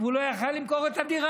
והוא לא היה יכול למכור את הדירה.